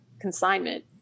consignment